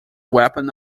weapon